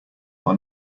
are